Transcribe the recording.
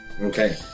Okay